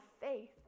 faith